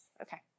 Okay